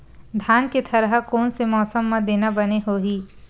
धान के थरहा कोन से मौसम म देना बने होही?